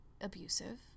abusive